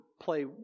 play